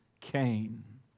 Cain